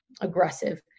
aggressive